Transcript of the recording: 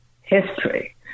history